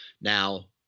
Now